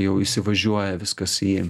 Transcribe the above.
jau įsivažiuoja viskas į